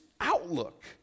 outlook